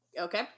Okay